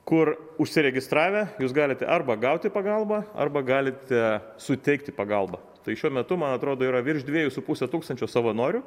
kur užsiregistravę jūs galite arba gauti pagalbą arba galite suteikti pagalbą tai šiuo metu man atrodo yra virš dviejų su puse tūkstančio savanorių